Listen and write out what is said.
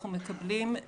אנחנו מקבלים --- גברתי,